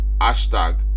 hashtag